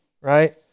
Right